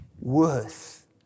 worth